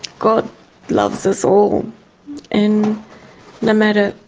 god loves us all and no matter,